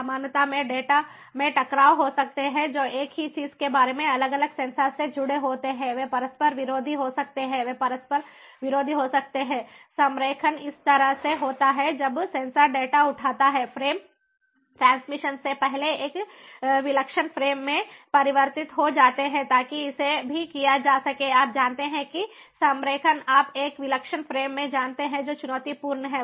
समानता में डेटा में टकराव हो सकते हैं जो एक ही चीज़ के बारे में अलग अलग सेंसर से जुड़े होते हैं वे परस्पर विरोधी हो सकते हैं वे परस्पर विरोधी हो सकते हैं संरेखण इस तरह से होता है जब सेंसर डेटा उठता है फ़्रेम ट्रांसमिशन से पहले एक विलक्षण फ्रेम में परिवर्तित हो जाते हैं ताकि इसे भी किया जा सके आप जानते हैं कि संरेखण आप एक विलक्षण फ्रेम में जानते हैं जो चुनौतीपूर्ण है